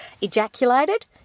ejaculated